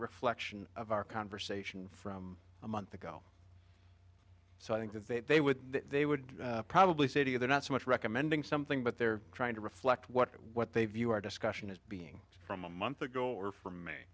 reflection of our conversation from a month ago so i think that they would they would probably say to you they're not so much recommending something but they're trying to reflect what what they view our discussion as being from a month ago or from me